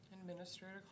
Administrator